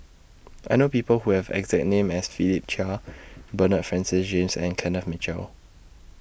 I know People Who Have exact name as Philip Chia Bernard Francis James and Kenneth Mitchell